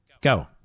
Go